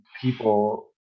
people